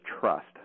trust